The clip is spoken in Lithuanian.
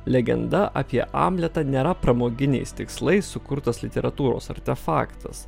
legenda apie amletą nėra pramoginiais tikslais sukurtas literatūros artefaktas